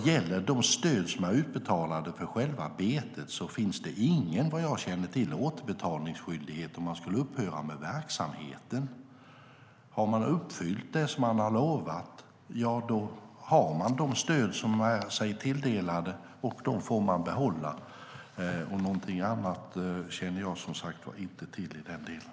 Vad gäller de stöd som är utbetalade för själva betet finns det vad jag känner till ingen återbetalningsskyldighet om man skulle upphöra med verksamheten. Har man uppfyllt det man har lovat har man de stöd man fått sig tilldelade, och dem får man behålla. Någonting annat känner jag som sagt inte till i den delen.